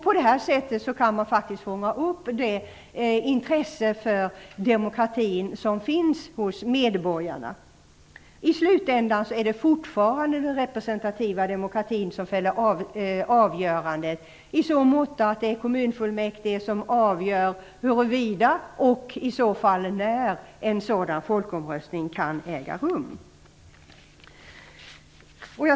På det här sättet kan man faktiskt fånga upp det intresse för demokratin som finns hos medborgarna. I slutändan är det fortfarande den representativa demokratin som fäller avgörandet i så måtto att det är kommunfullmäktige som avgör huruvida och i så fall när en sådan folkomröstning kan äga rum.